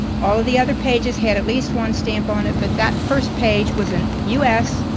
all of the other pages had at least one stamp on it. but that first page was in u s.